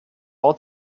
ort